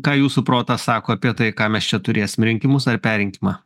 ką jūsų protas sako apie tai ką mes čia turėsim rinkimus ar perrinkimą